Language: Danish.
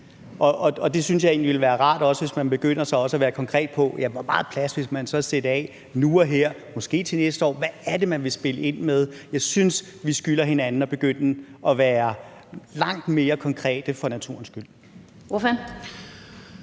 Og jeg synes egentlig, det ville være rart, hvis man også begyndte at være konkret, med hensyn til hvor meget plads man så vil sætte af nu og her, måske til næste år, og hvad det er, man vil spille ind med. Jeg synes, at vi skylder hinanden at begynde at være langt mere konkrete for naturens skyld.